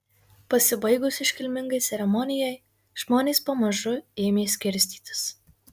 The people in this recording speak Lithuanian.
pasibaigus iškilmingai ceremonijai žmonės pamažu ėmė skirstytis